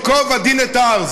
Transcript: ייקוב הדין את ההר,